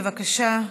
בבקשה.